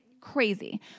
crazy